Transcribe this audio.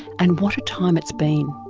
and what a time it's been!